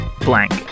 blank